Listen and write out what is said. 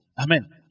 Amen